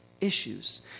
issues